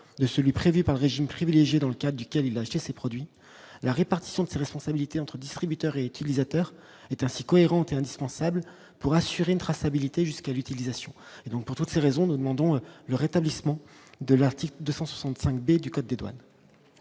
de celui prévu par régime privilégié dans le cas du Caire, il acheter ces produits, la répartition des responsabilités entre distributeurs et utilisateurs est ainsi cohérente et indispensable pour assurer une traçabilité jusqu'à l'utilisation, et donc pour toutes ces raisons, demandons le rétablissement de l'article 265 B du code des douanes.